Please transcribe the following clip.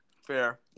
Fair